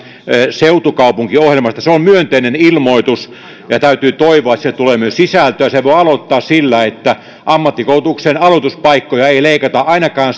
seutukaupunkiohjelmasta se on myönteinen ilmoitus ja täytyy toivoa että siihen tulee myös sisältöä sen voi aloittaa sillä että ammattikoulutuksen aloituspaikkoja ei leikata ainakaan